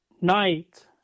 night